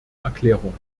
erklärung